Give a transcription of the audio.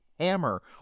hammer